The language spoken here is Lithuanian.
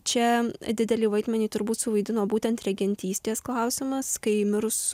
čia didelį vaidmenį turbūt suvaidino būtent regentystės klausimas kai mirus